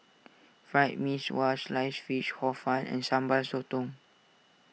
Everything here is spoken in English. Fried Mee Sua Sliced Fish Hor Fun and Sambal Sotong